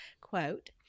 Quote